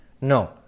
No